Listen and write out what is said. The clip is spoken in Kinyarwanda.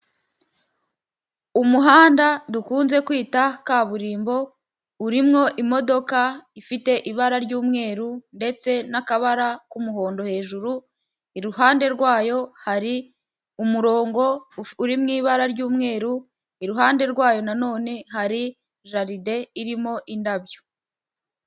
Umuhanda dukunze kwita kaburimbo urimowo imodoka ifite ibara ry'umweru, ndetse n'akabara k'umuhondo hejuru iruhande rwayo hari umurongo uri m'ibara ry'umweru iruhande rwayo nanone hari jaride irimo indabyo.